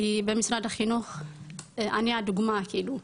כי במשרד החינוך אני הדוגמא כאילו,